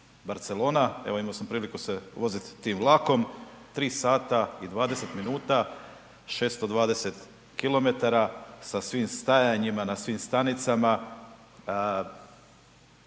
Barcelona, evo imo sam priliku se vozit tim vlakom 3 sata i 20 minuta 620 km sa svim stajanjima na svim stanicama,